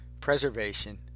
preservation